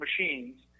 machines